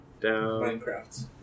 Minecraft